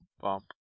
bump